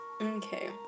okay